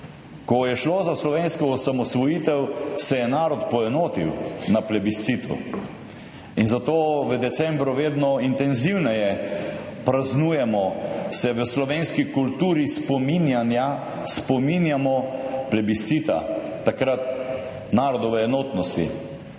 Ko je šlo za slovensko osamosvojitev, se je narod poenotil na plebiscitu, in zato v decembru vedno intenzivneje praznujemo, se v slovenski kulturi spominjanja spominjamo plebiscita, takrat narodove enotnosti.